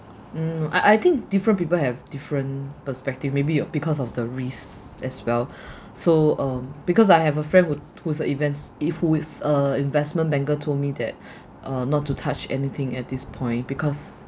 mm I I think different people have different perspective maybe you're because of the risk as well so um because I have a friend who who's a invest it~ who is a investment banker told me that uh not to touch anything at this point because